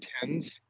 tens